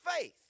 faith